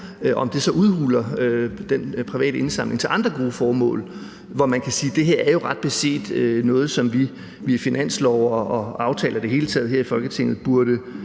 om det så udhuler den private indsamling til andre gode formål. Man kan sige, at det her jo ret beset er noget, som vi burde finansiere over finanslove og i aftaler i det hele taget her i Folketinget.